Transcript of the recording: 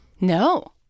No